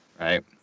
right